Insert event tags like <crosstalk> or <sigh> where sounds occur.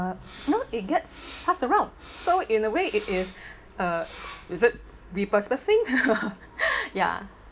uh you know it gets pass around so in a way it is uh is it repurposing <laughs> yeah